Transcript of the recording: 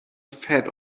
fed